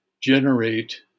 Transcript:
generate